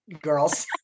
girls